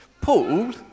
paul